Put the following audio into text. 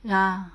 ya